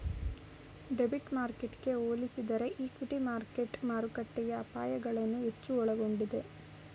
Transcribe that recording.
debit ಮಾರ್ಕೆಟ್ಗೆ ಹೋಲಿಸಿದರೆ equity market ಮಾರುಕಟ್ಟೆಯ ಅಪಾಯಗಳನ್ನು ಹೆಚ್ಚು ಒಳಗೊಂಡಿದೆ